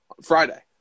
Friday